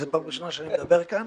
זו פעם הראשונה שאני מדבר כאן.